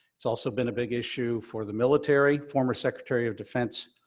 it's also been a big issue for the military, former secretary of defense,